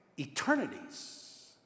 Eternities –